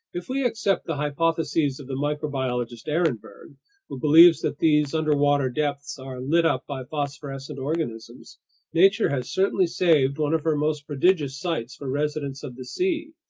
if we accept the hypotheses of the microbiologist ehrenberg who believes that these underwater depths are lit up by phosphorescent organisms nature has certainly saved one of her most prodigious sights for residents of the sea,